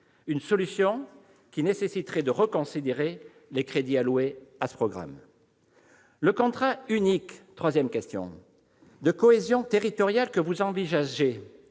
Cette solution nécessiterait de reconsidérer les crédits alloués à ce programme. Le contrat unique de cohésion territoriale que vous envisagez